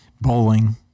Bowling